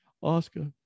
Oscar